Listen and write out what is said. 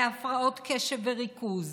להפרעות קשב וריכוז.